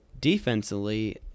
defensively